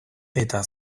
eta